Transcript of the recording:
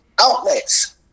outlets